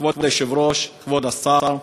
כבוד היושב-ראש, כבוד השר,